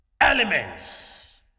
elements